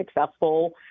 successful